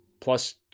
Plus